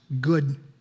Good